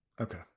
Okay